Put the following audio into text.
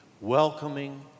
welcoming